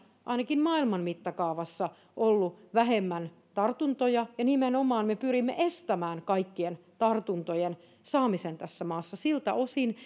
ainakin maailman mittakaavassa ollut vähemmän tartuntoja ja nimenomaan me pyrimme estämään kaikkien tartuntojen saamisen tässä maassa siltä osin